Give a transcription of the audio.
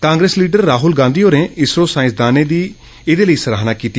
Congress leader Rahul Gandhi होरें इज़रो सांइसदाने दी ऐदे लेई सराहना कीती